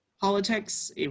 politics